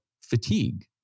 Fatigue